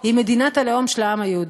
היא מדינת הלאום של העם היהודי.